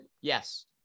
Yes